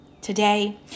Today